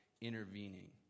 intervening